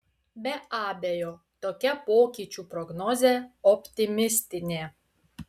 be abejo tokia pokyčių prognozė optimistinė